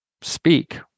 speak